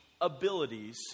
abilities